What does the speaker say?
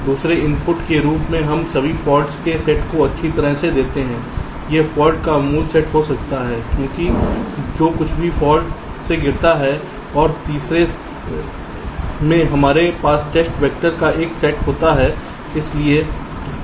दूसरे इनपुट के रूप में हम सभी फॉल्ट्स के सेट को अच्छी तरह से देते हैं यह फाल्ट का मूल सेट हो सकता है क्योंकि जो कुछ भी फाल्ट से गिरता है और तीसरे में हमारे पास टेस्ट वैक्टर का एक सेट होता है